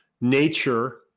nature